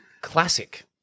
classic